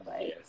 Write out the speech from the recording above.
Yes